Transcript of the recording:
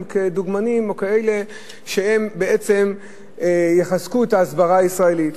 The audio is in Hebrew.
כדוגמנים או כאלה שהם בעצם יחזקו את ההסברה הישראלית?